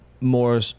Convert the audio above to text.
more